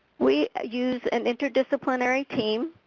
we use and interdisciplinary team.